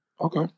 okay